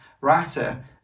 writer